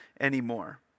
anymore